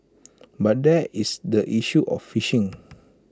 but there is the issue of fishing